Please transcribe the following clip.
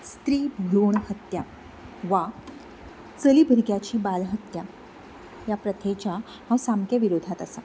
स्त्री भ्रूण हत्या वा चली भुरग्याची बालहत्या ह्या प्रथेच्या हांव सामकें विरोधात आसा